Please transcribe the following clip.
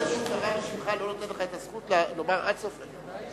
זה שהוא קרא בשמך לא נותן לך את הזכות לומר עד סוף הנאום.